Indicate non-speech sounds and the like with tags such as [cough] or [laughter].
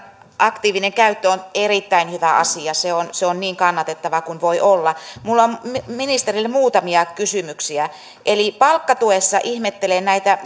aktiivinen käyttö on erittäin hyvä asia se on se on niin kannatettava kuin voi olla minulla on ministerille muutamia kysymyksiä palkkatuessa ihmettelen näitä [unintelligible]